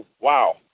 wow